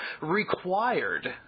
required